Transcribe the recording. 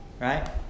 Right